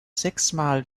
sechsmal